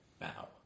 now